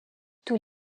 tous